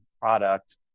product